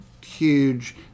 huge